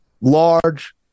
large